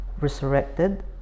resurrected